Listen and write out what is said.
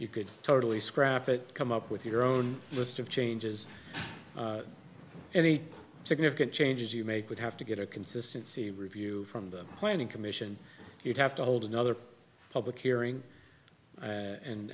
you could totally scrap it come up with your own list of changes any significant changes you make would have to get a consistency review from the planning commission you'd have to hold another public hearing and